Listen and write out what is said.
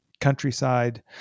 countryside